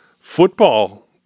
football